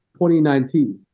2019